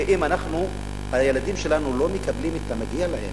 ואם אנחנו, הילדים שלנו, לא מקבלים את המגיע להם